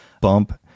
bump